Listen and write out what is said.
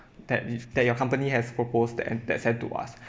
that is that your company has proposed that and that sent to us